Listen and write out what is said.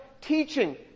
teaching